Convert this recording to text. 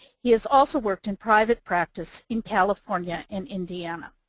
he has also worked in private practice in california and indiana.